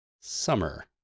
Summer